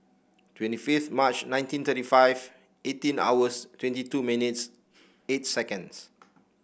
twenty fifth March nineteen thirty five eighteen hours twenty two minutes eight seconds